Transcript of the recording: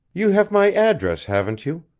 you have my address, haven't you?